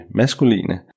maskuline